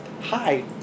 hi